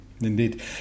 Indeed